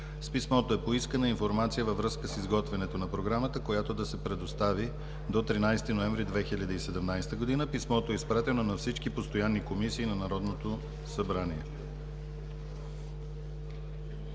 С писмото е поискана информация във връзка с изготвянето на програмата, която да се предостави до 13 ноември 2017 г. Писмото е изпратено на всички постоянни комисии на Народното събрание.